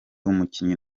umukinnyi